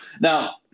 Now